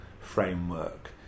framework